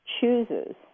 chooses